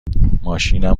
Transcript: ماشینم